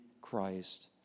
Christ